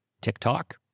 TikTok